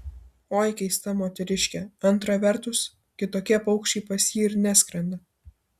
oi keista moteriškė antra vertus kitokie paukščiai pas jį ir neskrenda